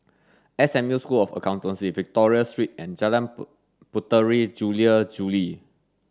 S M U School of Accountancy Victoria Street and Jalan Put Puteri Jula Juli